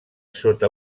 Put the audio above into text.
sota